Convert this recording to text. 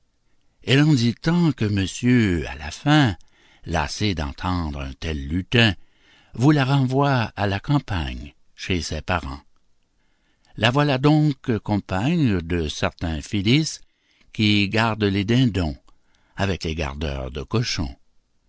elle en dit tant que monsieur à la fin lassé d'entendre un tel lutin vous la renvoie à la campagne chez ses parents la voilà donc compagne de certaines philis qui gardent les dindons avec les gardeurs de cochons